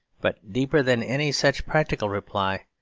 but deeper than any such practical reply,